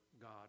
god